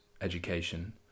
education